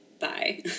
Bye